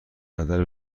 بدل